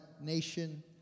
nation